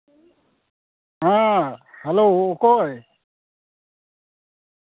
ᱦᱮᱸ ᱦᱮᱞᱳ ᱚᱠᱚᱭ